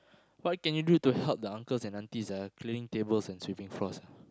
what can you do to help the uncles and aunties ah cleaning tables and sweeping floors ah